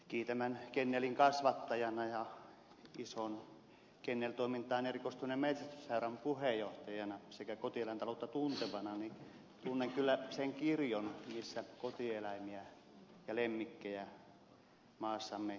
kiitämän kennelin kasvattajana ja ison kenneltoimintaan erikoistuneen metsästysseuran puheenjohtajana sekä kotieläintaloutta tuntevana tunnen kyllä sen kirjon missä kotieläimiä ja lemmikkejä maassamme pidetään